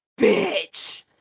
bitch